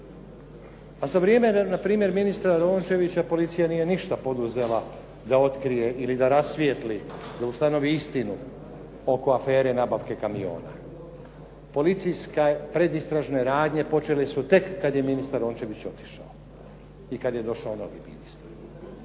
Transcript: a za vrijeme na primjer ministra Rončevića nije ništa poduzela da otkrije ili da rasvijetli, da ustanovi istinu oko afere nabavke kamiona. Policijske predistražne radnje počele su tek kada je ministar Rončević otišao i kada je došao novi ministar.